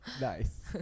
Nice